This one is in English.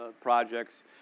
projects